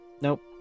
Nope